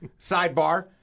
sidebar